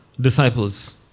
disciples